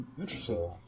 Interesting